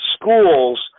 schools